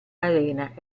arena